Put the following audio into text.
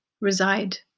reside